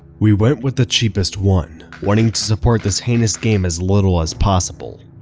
we went with the cheapest one, wanting to support this heinous game as little as possible.